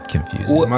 Confusing